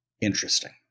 interesting